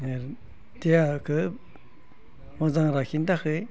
देहाखौ मोजां लाखिनो थाखाय